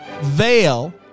veil